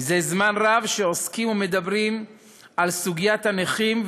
מזה זמן רב שעוסקים ומדברים על סוגיית הנכים,